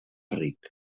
ric